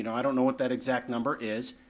and i don't know what that exact number is.